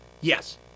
Yes